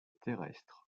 terrestre